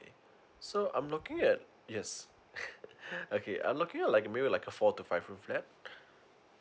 so I'm looking at yes okay I'm looking like maybe like a four to five room flat